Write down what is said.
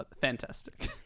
Fantastic